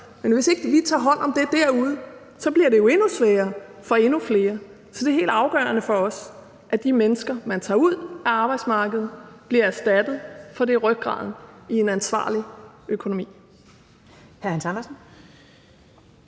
men hvis ikke vi tager hånd om det derude, bliver det jo endnu sværere for endnu flere. Så det er helt afgørende for os, at de mennesker, man tager ud af arbejdsmarkedet, bliver erstattet, for det er rygraden i en ansvarlig økonomi.